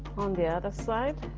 on the other side